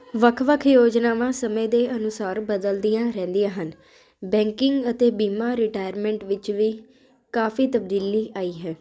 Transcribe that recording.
ਵੱਖ ਵੱਖ ਯੋਜਨਾਵਾਂ ਸਮੇਂ ਦੇ ਅਨੁਸਾਰ ਬਦਲਦੀਆਂ ਰਹਿੰਦੀਆਂ ਹਨ ਬੈਂਕਿੰਗ ਅਤੇ ਬੀਮਾਂ ਰਿਟਾਇਰਮੈਂਟ ਵਿੱਚ ਵੀ ਕਾਫੀ ਤਬਦੀਲੀ ਆਈ ਹੈ